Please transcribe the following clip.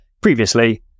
previously